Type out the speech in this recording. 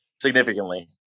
Significantly